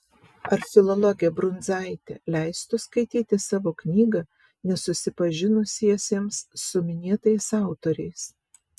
ar filologė brundzaitė leistų skaityti savo knygą nesusipažinusiesiems su minėtais autoriais